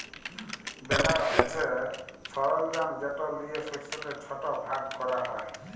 বেলার হছে সরলজাম যেট লিয়ে শস্যকে ছট ভাগ ক্যরা হ্যয়